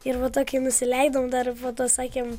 ir po to kai nusileidom dar po to sakėm